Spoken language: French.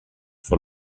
sur